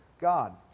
God